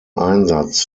einsatz